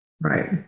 Right